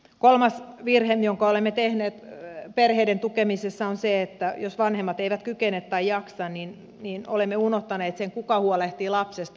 kolmas virhe jonka olemme tehneet perheiden tukemisessa on se että jos vanhemmat eivät kykene tai jaksa niin olemme unohtaneet sen kuka huolehtii lapsesta